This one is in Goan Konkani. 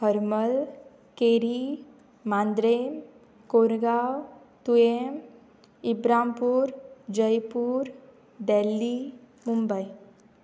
हरमल केरी मांद्रे कोरगांव तुयें इब्रामपूर जयपूर दिल्ली मुंबय